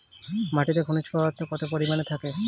মাটিতে খনিজ পদার্থ কত পরিমাণে থাকে?